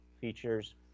features